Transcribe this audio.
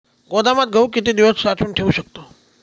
गोदामात गहू किती दिवस साठवून ठेवू शकतो?